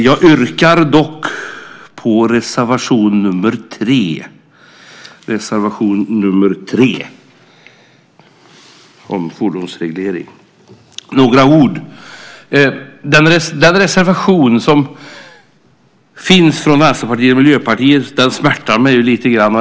Jag yrkar dock bifall till reservation nr 3 om fordonsreglering. Vänsterpartiets och Miljöpartiets reservation smärtar mig lite grann.